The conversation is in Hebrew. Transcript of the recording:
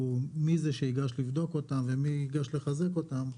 מי זה שייגש לבדוק אותם ומי ייגש לחזק אותם.